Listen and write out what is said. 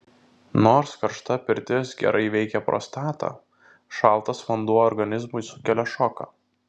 nors karšta pirtis gerai veikia prostatą šaltas vanduo organizmui sukelia šoką